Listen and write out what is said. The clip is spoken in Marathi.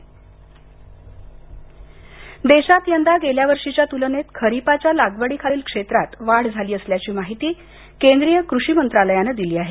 खरीप देशात यंदा गेल्यावर्षीच्या तुलनेत खरीपाच्या लागवडीखालील क्षेत्रातवाढ झाली असल्याची माहिती केंद्रीय कृषी मंत्रालयानं दिली आहे